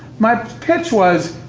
my pitch was,